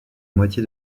moitié